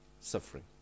suffering